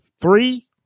three